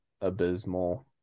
abysmal